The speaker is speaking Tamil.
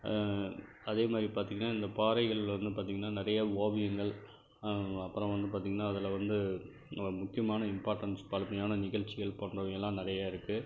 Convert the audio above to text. அதே மாதிரி பார்த்திங்னா இந்த பாறைகளில் வந்து பார்த்திங்னா நிறைய ஓவியங்கள் அப்புறம் வந்து பார்த்திங்னா அதில் வந்து முக்கியமான இம்பார்ட்டண்ஸ் பழமையான நிகழ்ச்சிகள் போன்றவைகளெலாம் நிறைய இருக்குது